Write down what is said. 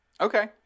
okay